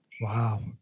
Wow